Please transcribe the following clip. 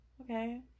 Okay